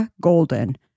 Golden